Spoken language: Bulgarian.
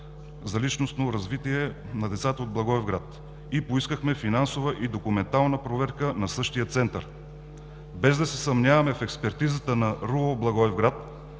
за личностно развитие на децата от Благоевград и поискахме финансова и документална проверка на същия Център. Без да се съмняваме в експертизата на РУО Благоевград,